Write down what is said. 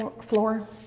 floor